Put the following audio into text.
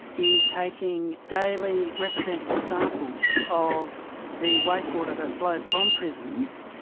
is taking daily representative samples of the wastewater that flows from prisons.